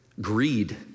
Greed